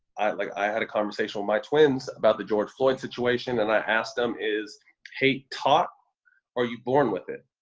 i like i had a conversation with my twins about the george floyd situation, and i asked them, is hate taught, or are you born with it?